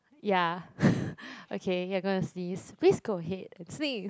ya okay you're going to sneeze please go ahead and sneeze